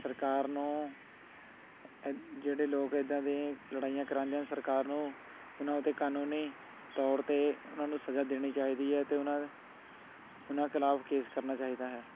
ਸਰਕਾਰ ਨੂੰ ਜਿਹੜੇ ਲੋਕ ਇੱਦਾਂ ਦੇ ਲੜਾਈਆਂ ਕਰਵਾਉਂਦੇ ਹਨ ਸਰਕਾਰ ਨੂੰ ਉਹਨਾਂ ਉੱਤੇ ਕਾਨੂੰਨੀ ਤੌਰ 'ਤੇ ਉਹਨਾਂ ਨੂੰ ਸਜ਼ਾ ਦੇਣੀ ਚਾਹੀਦੀ ਹੈ ਅਤੇ ਉਹਨਾਂ ਉਹਨਾਂ ਖਿਲਾਫ ਕੇਸ ਕਰਨਾ ਚਾਹੀਦਾ ਹੈ